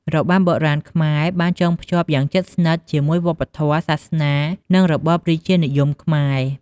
របាំបុរាណខ្មែរបានចងភ្ជាប់យ៉ាងជិតស្និទ្ធជាមួយវប្បធម៌ សាសនា និងរបបរាជានិយមខ្មែរ។